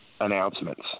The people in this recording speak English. announcements